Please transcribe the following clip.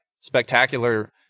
spectacular